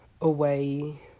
away